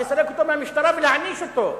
לסלק אותו מהמשטרה ולהעניש אותו.